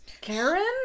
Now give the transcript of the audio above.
Karen